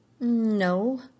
No